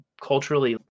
culturally